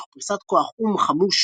תוך פריסת כוח או"ם חמוש